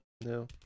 no